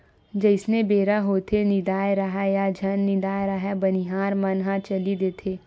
जइसने बेरा होथेये निदाए राहय या झन निदाय राहय बनिहार मन ह चली देथे